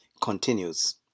continues